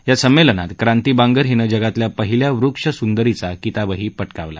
या संमेलनात क्रांती बांगर हिनं जगातल्या पहिल्या वृक्ष सुंदरीचा किताब पटाकावला